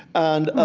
and, ah,